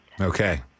Okay